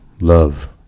love